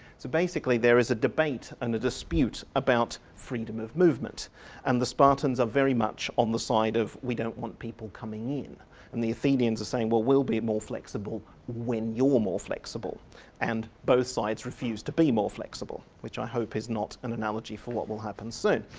so basically there is a debate and a dispute about freedom of movement and the spartans are very much on the side of we don't want people coming in and the athenians are saying well we'll be more flexible when you're more flexible and both sides refuse to be more flexible, which i hope is not an analogy for what will happen soon.